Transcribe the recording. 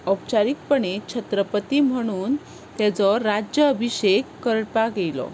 औपचारीकपणान छत्रपती म्हणून ताचो राज्यअभिशेक करपाक आयलो